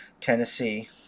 Tennessee